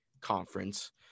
conference